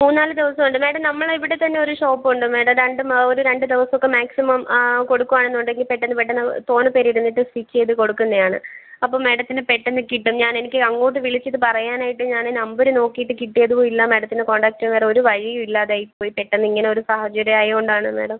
മൂന്നാലു ദിവസം ഉണ്ട് മാഡം നമ്മളെ ഇവിടെത്തന്നെ ഒരു ഷോപ്പുണ്ട് മാഡം രണ്ടു ഒരു രണ്ടു ദിവസമൊക്കെ മാക്സിമം കൊടുക്കുകയാണെന്നുണ്ടെങ്കിൽ പെട്ടെന്ന് പെട്ടെന്ന് തോനെ പേരിരുന്നിട്ട് സ്റ്റിച്ച് ചെയ്തു കൊടുക്കുന്നതാണ് അപ്പോൾ മാഡത്തിന് പെട്ടെന്നു കിട്ടും ഞാനെനിക്ക് അങ്ങോട്ട് വിളിച്ചിത് പറയാനായിട്ട് ഞാൻ നമ്പർ നോക്കിയിട്ട് കിട്ടിയതും ഇല്ല മാഡത്തിനെ കോൺടാക്ട് ചെയ്യാൻ വേറെ ഒരു വഴിയും ഇല്ലാതെ ആയിപ്പോയി പെട്ടെന്നിങ്ങനെ ഒരു സാഹചര്യം ആയതുകൊണ്ടാണ് മാഡം